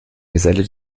geselle